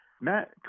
Matt